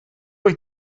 mai